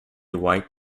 white